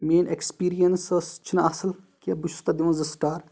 میٲنۍ ایٚکسپیٖرینٕس ٲس چھِ نہٕ اَصٕل کینٛہہ بہٕ چھُس تَتھ دِوان زٕ سِٹار